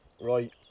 right